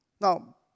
Now